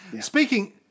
Speaking